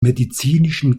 medizinischen